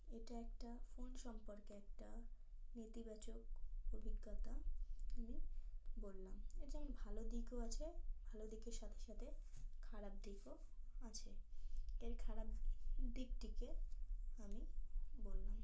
এটা একটা ফোন সম্পর্কে একটা নেতিবাচক অভিজ্ঞতা আমি বললাম এর যেমন ভালো দিকও আছে ভালো দিকের সাথে সাথে খারাপ দিকও আছে এর খারাপ দিকটিকে আমি বললাম